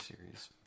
series